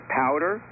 powder